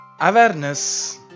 Awareness